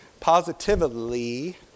Positively